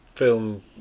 film